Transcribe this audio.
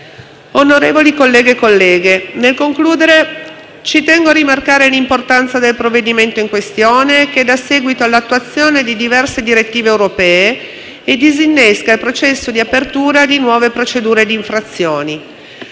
Onorevoli colleghi e colleghe, nel concludere, ci tengo a rimarcare l'importanza del provvedimento in questione che dà seguito all'attuazione di diverse direttive europee e disinnesca il processo di apertura di nuove procedure di infrazione.